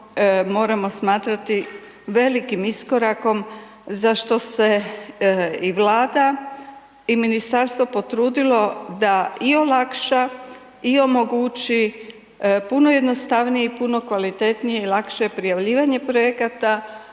moramo smatrati velikim iskorakom za što se i Vlada, i Ministarstvo potrudilo da i olakša, i omogući puno jednostavniji, puno kvalitetnije i lakše prijavljivanje projekata